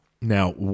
now